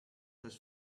this